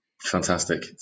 fantastic